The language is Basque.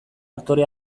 aktore